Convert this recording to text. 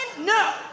no